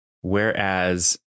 whereas